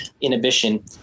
inhibition